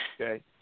Okay